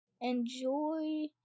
Enjoy